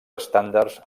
estàndards